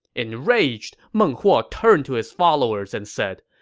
enraged, meng huo turned to his followers and said,